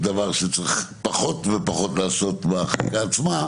שצריך פחות ופחות לעסוק בחקיקה עצמה,